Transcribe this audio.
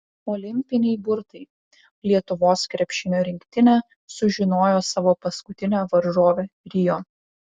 olimpiniai burtai lietuvos krepšinio rinktinė sužinojo savo paskutinę varžovę rio